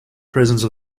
presence